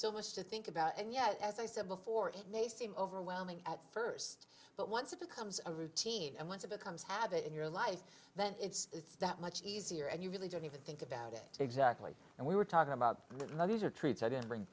so much to think about and yet as i said before it may seem overwhelming at first but once it becomes a routine and once it becomes habit in your life then it's that much easier and you really don't even think about it exactly and we were talking about levees are treats i didn't bring